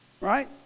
Right